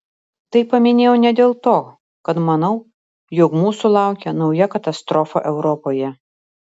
tai paminėjau ne dėl to kad manau jog mūsų laukia nauja katastrofa europoje